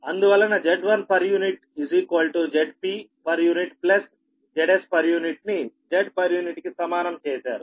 అందువలన Z1 Zp Zs ని Z కి సమానం చేశారు